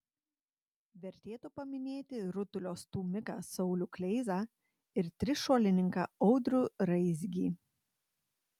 vertėtų paminėti rutulio stūmiką saulių kleizą ir trišuolininką audrių raizgį